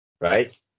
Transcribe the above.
Right